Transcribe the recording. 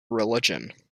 religion